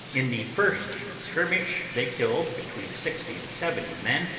in the first skirmish they killed between sixty and seventy men,